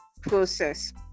process